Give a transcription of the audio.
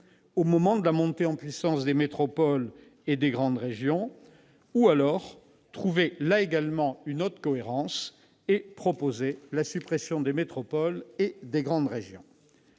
au moment de la montée en puissance des métropoles et des grandes régions. Ou alors trouvez une autre cohérence et proposez la suppression des métropoles et des grandes régions